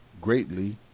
greatly